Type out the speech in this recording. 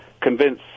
convince